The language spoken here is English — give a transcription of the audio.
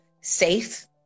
safe